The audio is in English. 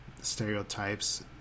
stereotypes